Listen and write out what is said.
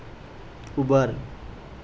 Uber